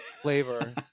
flavor